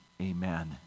amen